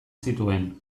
zituen